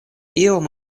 iom